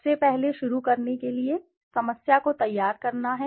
सबसे पहले शुरू करने के लिए समस्या को तैयार करना है